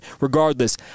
regardless